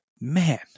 man